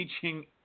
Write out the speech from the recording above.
teaching